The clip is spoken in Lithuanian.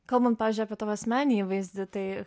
kalbant pavyzdžiui apie tavo asmeninį įvaizdį tai